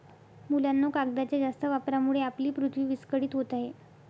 मुलांनो, कागदाच्या जास्त वापरामुळे आपली पृथ्वी विस्कळीत होत आहे